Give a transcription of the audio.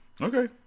Okay